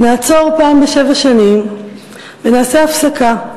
נעצור פעם בשבע שנים ונעשה הפסקה.